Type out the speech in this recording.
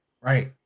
Right